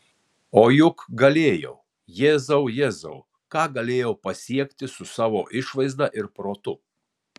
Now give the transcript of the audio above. o juk galėjau jėzau jėzau ką galėjau pasiekti su savo išvaizda ir protu